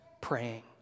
praying